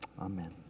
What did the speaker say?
Amen